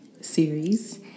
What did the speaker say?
series